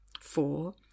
four